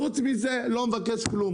חוץ מזה אני לא מבקש כלום.